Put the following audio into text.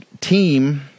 team